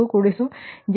05 j0